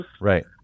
Right